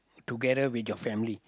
together with your family